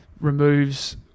removes